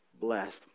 blessed